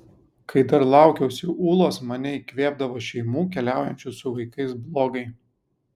kai dar laukiausi ūlos mane įkvėpdavo šeimų keliaujančių su vaikais blogai